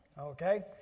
okay